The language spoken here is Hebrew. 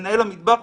מנהל המטבח,